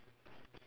okay then below